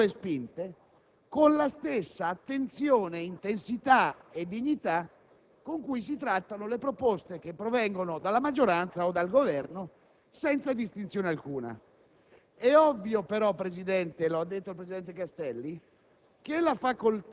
discusse in modo approfondito ed eventualmente approvate o respinte con la stessa attenzione, intensità e dignità con cui vengono trattate le proposte provenienti dalla maggioranza o dal Governo, senza alcuna